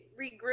regroup